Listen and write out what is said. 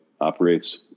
operates